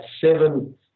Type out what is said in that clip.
seven